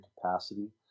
capacity